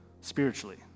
spiritually